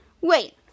wait